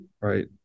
Right